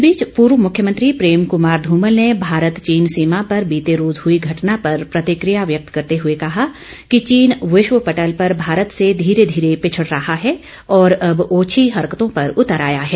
इस बीच पूर्व मुख्यमंत्री प्रेम कमार ध्मल ने भारत चीन सीमा पर बीते रोज हुई घटना पर प्रतिकिया व्यक्त करते हुए कहा कि चीन विश्व पटल पर भारत से धीरे धीरे पिछड़ रहा है और अब ओछी हरकतों पर उतर आया है